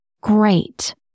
great